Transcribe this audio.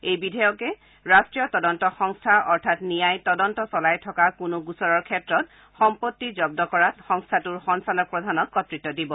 এই বিধেয়কে ৰাষ্ট্ৰীয় তদন্ত সংস্থা অৰ্থাৎ নিয়াই তদন্ত চলাই থকা কোনো গোচৰৰ ক্ষেত্ৰত সম্পত্তি জব্দ কৰাত সংস্থাটোৰ সঞ্চালক প্ৰধানক কৰ্তৃত্ব দিব